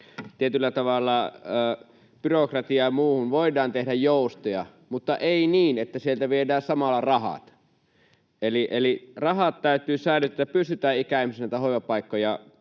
tietyllä tavalla byrokratiaan ja muuhun voidaan tehdä joustoja mutta ei niin, että sieltä viedään samalla rahat. Eli rahat täytyy säilyttää, niin että pystytään ikäihmisille näitä hoivapaikkoja